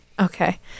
Okay